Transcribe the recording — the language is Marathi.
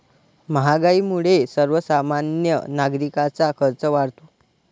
महागाईमुळे सर्वसामान्य नागरिकांचा खर्च वाढतो